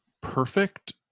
perfect